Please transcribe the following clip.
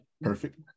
Perfect